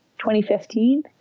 2015